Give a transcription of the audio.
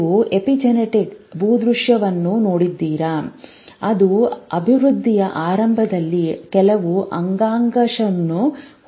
ನೀವು ಎಪಿಜೆನೆಟಿಕ್ ಭೂದೃಶ್ಯವನ್ನು ನೋಡಿದರೆ ಅದು ಅಭಿವೃದ್ಧಿಯ ಆರಂಭದಲ್ಲಿ ಕೆಲವು ಅಂಗಾಂಶಗಳನ್ನು ಹೋಲುತ್ತದೆ